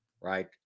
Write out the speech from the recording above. Right